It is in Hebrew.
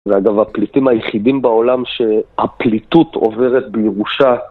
ואגב הפליטים היחידים בעולם שהפליטות עוברת בירושה